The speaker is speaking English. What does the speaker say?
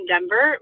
Denver